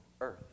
earth